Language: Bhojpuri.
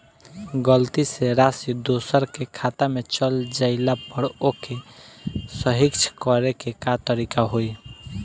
गलती से राशि दूसर के खाता में चल जइला पर ओके सहीक्ष करे के का तरीका होई?